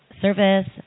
service